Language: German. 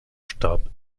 starb